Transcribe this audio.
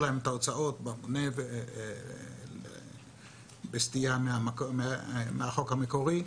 ההוצאות במונה בסטייה מהחוק המקורי.